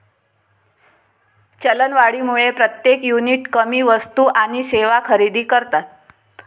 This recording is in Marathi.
चलनवाढीमुळे प्रत्येक युनिट कमी वस्तू आणि सेवा खरेदी करतात